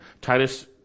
Titus